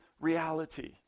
reality